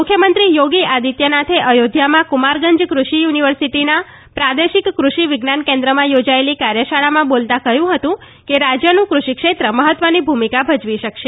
મુખ્યમંત્રી યોગી આદિત્યનાથે અયોધ્યામાં કુમારગંજ કૃષિ યુનિવર્સિટીના પ્રાદેશિક કૃષિ વિજ્ઞાન કેન્દ્રમાં યોજાયેલી કાર્યશાળામાં બોલતા કહ્યું હતું કે રાજ્યનું કૃષિક્ષેત્ર મહત્વની ભૂમિકા ભજવી શકશે